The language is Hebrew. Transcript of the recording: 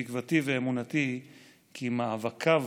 תקוותי ואמונתי היא כי מאבקיו